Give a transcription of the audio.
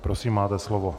Prosím, máte slovo.